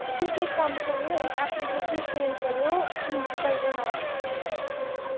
तुस इक कम्म करेओ इक एप्लीकेशन फ्रेम करेओ प्रिंसिपल दे नां